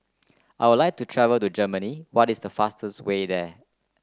I would like to travel to Germany what is the fastest way there